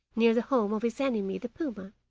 near the home of his enemy, the puma,